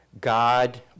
God